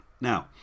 Now